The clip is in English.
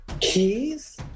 Keys